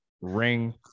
Ring